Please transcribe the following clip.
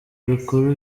bikuru